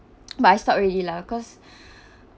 but I stopped already lah cause